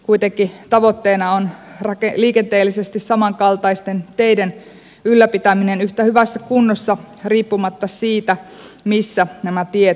kuitenkin tavoitteena on liikenteellisesti samankaltaisten teiden ylläpitäminen yhtä hyvässä kunnossa riippumatta siitä missä nämä tiet sijaitsevat